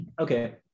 Okay